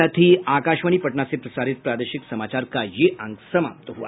इसके साथ ही आकाशवाणी पटना से प्रसारित प्रादेशिक समाचार का ये अंक समाप्त हुआ